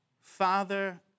Father